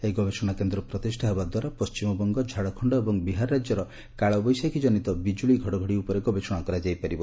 ଏହି ଗବେଷଣା କେନ୍ଦ ପ୍ରତିଷା ହେବା ଦ୍ୱାରା ପଣ୍ଟିମବଙ୍ଗ ଝାଡ଼ଖଣ୍ଡ ଏବଂ ବିହାର ରାଜ୍ୟର କାଳବୈଶାଖୀ କନିତ ବିଙ୍କୁଳି ଘଡ଼ଘଡ଼ି ଉପରେ ଗବେଷଣା କରାଯାଇ ପାରିବ